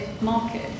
market